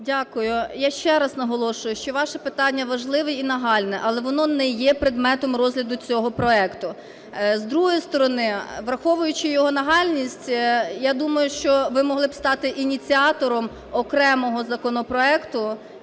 Дякую. Я ще раз наголошую, що ваше питання важливе і нагальне, але воно не є предметом розгляду цього проекту. З другої сторони, враховуючи його нагальність, я думаю, що ви могли б стати ініціатором окремого законопроекту